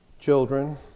children